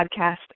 podcast